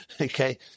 okay